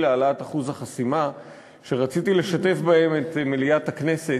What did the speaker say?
להעלאת אחוז החסימה שרציתי לשתף בהם את מליאת הכנסת,